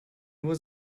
nur